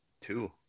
Two